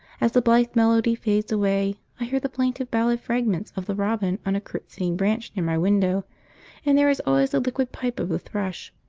as the blithe melody fades away, i hear the plaintive ballad-fragments of the robin on a curtsying branch near my window and there is always the liquid pipe of the thrush,